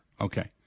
Okay